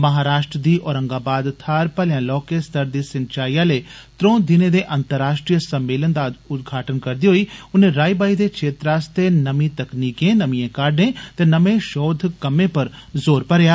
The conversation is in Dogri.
महाराश्ट्र दी ओरंगाबाद थाहर भलेआ लौह्के स्तर दी सिंचाई आले दे त्रंऊ दिनें दे अंर्ताश्ट्रीय सम्मेलन दा अज्ज उदघाटन करदे होई उनें राई बाई दे क्षेत्र आस्तै नमीं तकनीकें नमिएं काह्डे ते नमें षौध कम्में उप्पर ज़ेार भरेआ